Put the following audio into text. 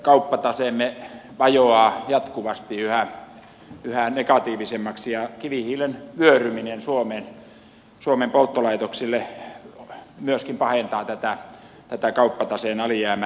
kauppataseemme vajoaa jatkuvasti yhä negatiivisemmaksi ja kivihiilen vyöryminen suomen polttolaitoksille myöskin pahentaa tätä kauppataseen alijäämää